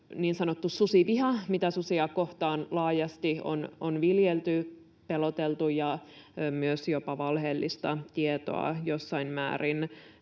niin sanottu susiviha, mitä susia kohtaan laajasti on viljelty, millä peloteltu, ja on myös jopa valheellista tietoa jossain määrin